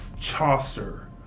Chaucer